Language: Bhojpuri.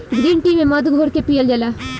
ग्रीन टी में मध घोर के पियल जाला